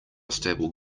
stable